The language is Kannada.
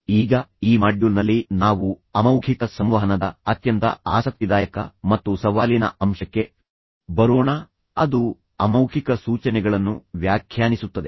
ಈಗ ಈ ಮಾಡ್ಯೂಲ್ನಲ್ಲಿ ನಾವು ಅಮೌಖಿಕ ಸಂವಹನದ ಅತ್ಯಂತ ಆಸಕ್ತಿದಾಯಕ ಮತ್ತು ಸವಾಲಿನ ಅಂಶಕ್ಕೆ ಬರೋಣ ಅದು ಅಮೌಖಿಕ ಸೂಚನೆಗಳನ್ನು ವ್ಯಾಖ್ಯಾನಿಸುತ್ತದೆ